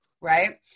right